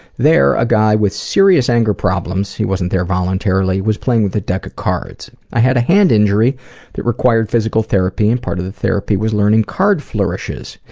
there a guy with serious anger problems we wasn't there voluntarily was playing with a deck of cards. i had a hand injury that required physical therapy and part of the therapy was learning card flourishes.